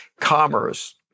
commerce